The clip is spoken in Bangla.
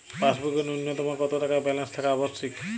পাসবুকে ন্যুনতম কত টাকা ব্যালেন্স থাকা আবশ্যিক?